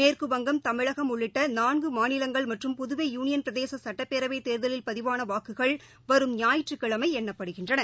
மேற்கு தமிழகம் உள்ளிட்டநான்குமாநிலங்கள் மற்றும் புதுவை வங்கம் யூனியன் பிரதேசசுட்டப்பேரவைத் தேர்தலில் பதிவானவாக்குகள் வரும் ஞாயிற்றுக்கிழமைஎண்ணப்படுகின்றன